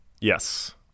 Yes